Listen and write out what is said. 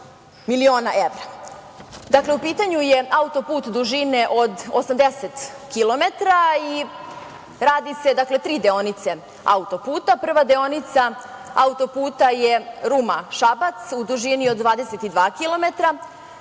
miliona evra. Dakle, u pitanju je autoput dužine od 80 kilometra i radi se tri deonice autoputa. Prva deonica autoputa je Ruma – Šabac u dužini od 22